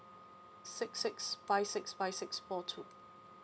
six six five six five six four two